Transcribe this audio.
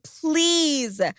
please